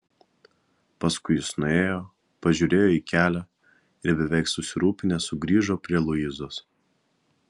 paskui jis nuėjo pažiūrėjo į kelią ir beveik susirūpinęs sugrįžo prie luizos